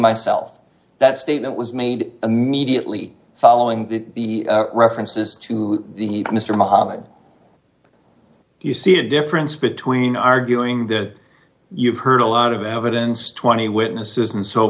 myself that statement was made immediately following the references to the mr muhammad you see a difference between arguing that you've heard a lot of evidence twenty